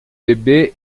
bebê